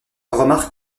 remarque